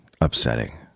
upsetting